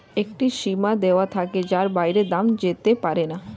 একটি সীমা দিয়ে দেওয়া থাকে যার বাইরে দাম যেতে পারেনা